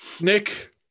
Nick